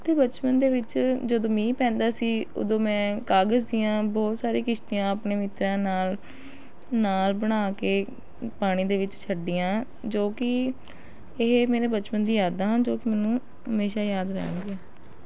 ਅਤੇ ਬਚਪਨ ਦੇ ਵਿੱਚ ਜਦੋਂ ਮੀਂਹ ਪੈਂਦਾ ਸੀ ਉਦੋਂ ਮੈਂ ਕਾਗਜ਼ ਦੀਆਂ ਬਹੁਤ ਸਾਰੀਆਂ ਕਿਸ਼ਤੀਆਂ ਆਪਣੇ ਮਿੱਤਰਾਂ ਨਾਲ ਨਾਲ ਬਣਾ ਕੇ ਪਾਣੀ ਦੇ ਵਿੱਚ ਛੱਡੀਆਂ ਜੋ ਕਿ ਇਹ ਮੇਰੇ ਬਚਪਨ ਦੀਆਂ ਯਾਦਾਂ ਹਨ ਜੋ ਕਿ ਮੈਨੂੰ ਹਮੇਸ਼ਾ ਯਾਦ ਰਹਿਣਗੀਆਂ